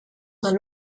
d’un